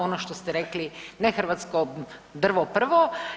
Ono što ste rekli nehrvatsko drvo prvo.